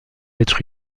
être